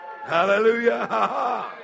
Hallelujah